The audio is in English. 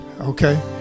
okay